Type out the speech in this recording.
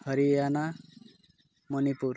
Haryana Manipur